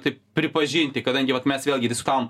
taip pripažinti kadangi mes vėlgi diskutavome